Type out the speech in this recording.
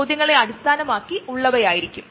നമ്മൾ അതിനെ എങ്ങനെ നശിപ്പിക്കും